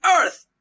earth